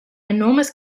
enormous